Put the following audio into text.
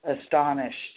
astonished